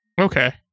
Okay